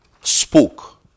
spoke